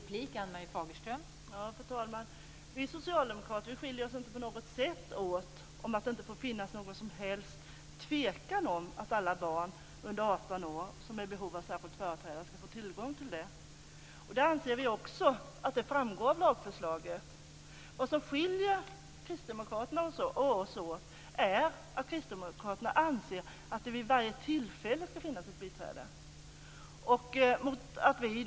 Fru talman! Vi socialdemokrater skiljer oss inte på något sätt när det gäller detta med att det inte får finnas någon som helst tvekan om att alla barn under 18 år som är i behov av en särskild företrädare ska få tillgång till en sådan. Vi anser att detta framgår av lagförslaget. Vad som skiljer kristdemokraterna och oss socialdemokrater åt är att kristdemokraterna anser att biträde ska finnas vid varje tillfälle.